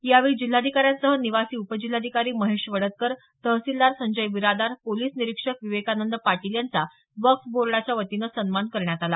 यावेळी जिल्हाधिकाऱ्यांसह निवासी उपजिल्हाधिकारी महेश वडदकर तहसीलदार संजय बिरादार पोलीस निरीक्षक विवेकानंद पाटील यांचा वक्फ बोर्डाच्या वतीनं सन्मान करण्यात आला